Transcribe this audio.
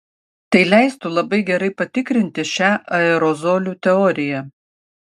tai leistų labai gerai patikrinti šią aerozolių teoriją